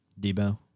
Debo